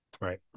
right